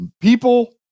People